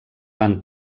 van